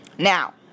Now